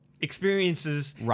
experiences